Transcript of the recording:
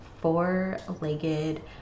four-legged